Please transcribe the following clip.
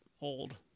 old